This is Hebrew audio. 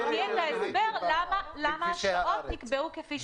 תתני את ההסבר למה השעות נקבעו כפי שנקבעו.